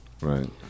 Right